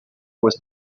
was